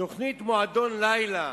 תוכנית מועדון לילה.